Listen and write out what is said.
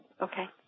Okay